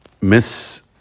miss